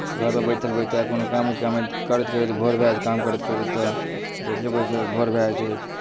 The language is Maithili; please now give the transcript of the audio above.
घरपर बैठल बैठल कोनो कामे करैत करैत बोर भए जाइ छै काम करैत करैत तऽ बैसले बैसले बोर भए जाइ छै